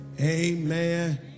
amen